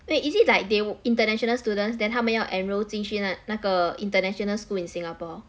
wait is it like they we~ international students then 他们要 enroll 进去那那个 international school in Singapore